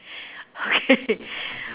okay